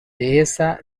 dehesa